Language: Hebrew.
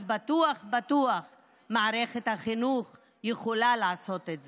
אז בטוח בטוח מערכת החינוך יכולה לעשות את זה.